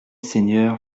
seigneur